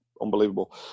unbelievable